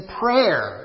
prayer